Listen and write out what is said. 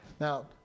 Now